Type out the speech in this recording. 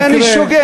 אולי אני שוגה.